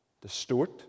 Distort